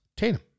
Tatum